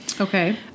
Okay